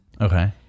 Okay